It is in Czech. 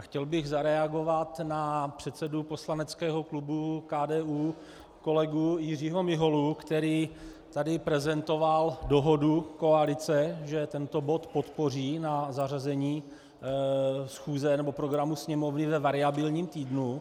Chtěl bych zareagovat na předsedu poslaneckého klubu KDU kolegu Jiřího Miholu, který tady prezentoval dohodu koalice, že tento bod podpoří na zařazení programu Sněmovny ve variabilním týdnu.